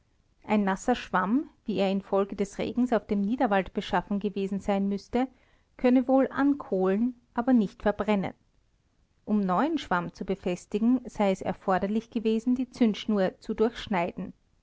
ein nasser schwamm wie er infolge des regens auf dem niederwald beschaffen gewesen sein müsse könne wohl ankohlen aber nicht verbrennen um neuen schwamm zu befestigen sei es erforderlich gewesen die zündschnur zu durchschneiden